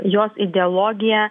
jos ideologija